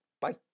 bye